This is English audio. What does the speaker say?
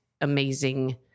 amazing